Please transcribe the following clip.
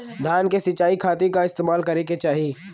धान के सिंचाई खाती का इस्तेमाल करे के चाही?